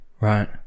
Right